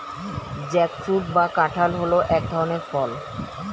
jackfruit বা কাঁঠাল হল এক ধরনের ফল